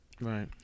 Right